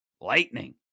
Lightning